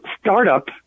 startup